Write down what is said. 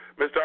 Mr